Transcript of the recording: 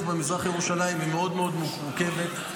במזרח ירושלים היא מאוד מאוד מורכבת.